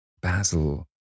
Basil